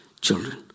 children